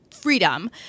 freedom